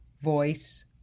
voice